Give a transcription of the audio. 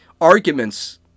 arguments